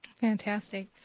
Fantastic